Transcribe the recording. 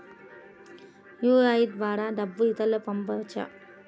UPI ద్వారా డబ్బు ఇతరులకు పంపవచ్చ?